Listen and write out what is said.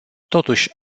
totuși